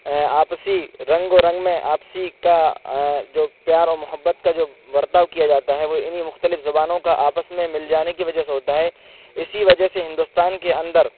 آپسی رنگ و رنگ میں آپسی کا جو پیار و محبت کا جو برتاؤ کیا جاتا ہے وہ انہیں مختلف زبانوں کا آپس میں مل جانے کی وجہ سے ہوتا ہے اسی وجہ سے ہندوستان کے اندر